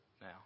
now